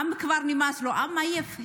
שלעם כבר נמאס, העם עייף.